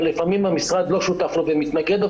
אבל לפעמים המשרד לא שותף לו ומתנגד לו,